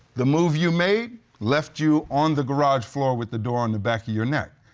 the move you made left you on the garage floor with the door on the back of your neck.